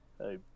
Hey